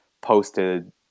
posted